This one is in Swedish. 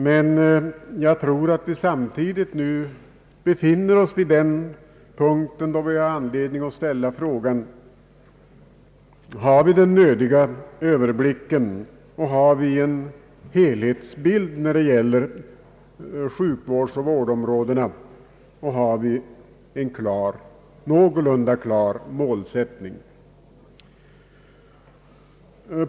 Men jag tror att vi samtidigt nu befinner oss vid den punkt där vi har anledning att ställa frågan: Har vi den nödiga överblicken, har vi en helhetsbild av sjukvårdsoch vårdområdena och har vi en någorlunda klar målsättning?